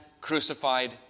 crucified